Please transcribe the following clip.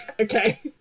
Okay